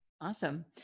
Awesome